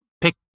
pick